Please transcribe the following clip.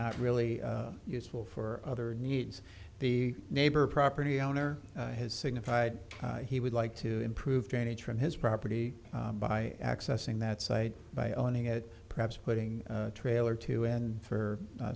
not really useful for other needs the neighbor property owner has signified he would like to improve drainage from his property by accessing that site by opening it perhaps putting a trailer to end for